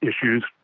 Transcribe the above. issues